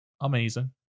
amazing